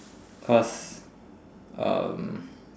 cause um